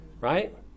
right